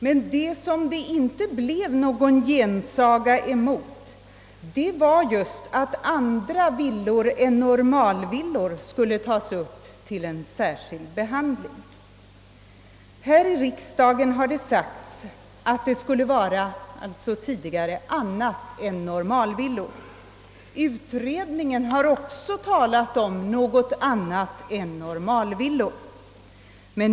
Vad det inte blev någon gensaga mot var emellertid just det förhållandet att frågan om andra villor än normalvillor skulle tas upp till särskild behandling. Här i riksdagen har tidigare sagts att det skulle gälla annat än normalvillor. Utredningen har också talat om något annat än normalvillor.